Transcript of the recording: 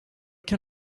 can